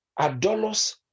adolos